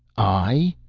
i?